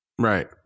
Right